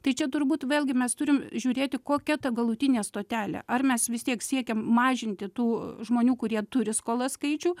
tai čia turbūt vėlgi mes turim žiūrėti kokia ta galutinė stotelė ar mes vis tiek siekiam mažinti tų žmonių kurie turi skolas skaičių